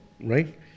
right